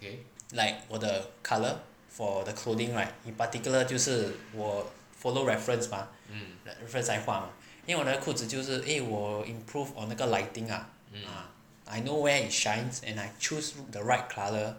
like 我的 colour for the clothing right in particular 就是我 follow reference mah reference 来画因为我那个裤子就是因为我 improved on 那个 lighting ah ah I know where it shines and I choose the right colour